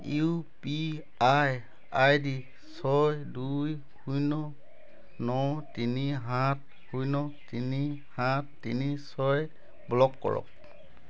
U P I ID ছয় দুই শূন্য ন তিনি সাত শূন্য তিনি সাত তিনি ছয় ব্লক কৰক